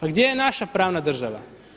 A gdje je naša pravna država?